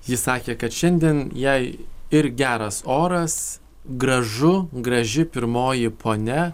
ji sakė kad šiandien jai ir geras oras gražu graži pirmoji ponia